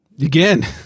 Again